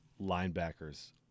linebackers